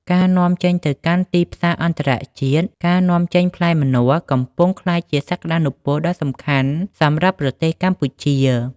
ការនាំចេញទៅកាន់ទីផ្សារអន្តរជាតិការនាំចេញផ្លែម្នាស់កំពុងក្លាយជាសក្តានុពលដ៏សំខាន់សម្រាប់ប្រទេសកម្ពុជា។